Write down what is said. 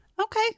okay